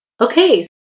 Okay